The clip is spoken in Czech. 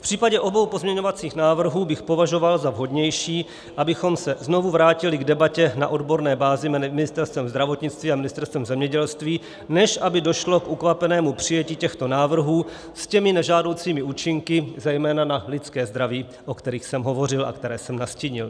V případě obou pozměňovacích návrhů bych považoval za vhodnější, abychom se znovu vrátili k debatě na odborné bázi s Ministerstvem zdravotnictví a Ministerstvem zemědělství, než aby došlo k ukvapenému přijetí těchto návrhů s těmi nežádoucími účinky zejména na lidské zdraví, o kterých jsem hovořil a které jsem nastínil.